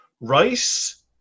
rice